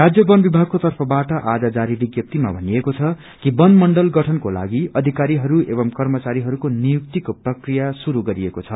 राज्य वन विभागको तर्फबाट आज जारी विज्ञप्तिमा भनिएको छ कि वन मण्डल ेठनको लागि अधिकरीहरू एवं कर्मचारहरूको नियुक्तिको प्रक्रिया शुरू गरिएको छ